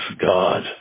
God